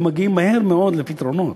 היו מגיעים מהר מאוד לפתרונות.